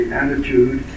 attitude